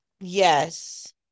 Yes